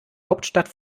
hauptstadt